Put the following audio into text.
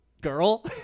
girl